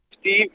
Steve